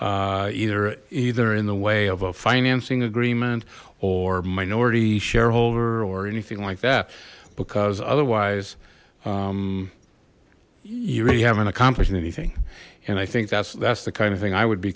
either either in the way of a financing agreement or minority shareholder or anything like that because otherwise you really haven't accomplished anything and i think that's that's the kind of thing i would be